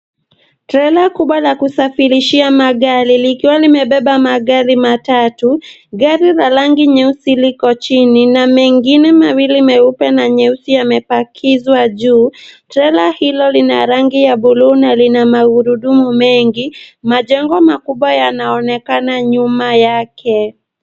Trela kubwa la kusafirishia magari likiwa limebeba magari matatu. Gari la rangi nyeusi liko chini na mengine mawili meupe na nyeusi yamepakizwa juu. Trela hilo lina rangi ya bluu na lina magurudumu mengi. Majengo makubwa yanaonekana nyuma yake.